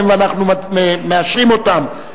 ואנחנו מאשרים אותם,